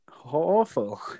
awful